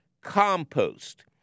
compost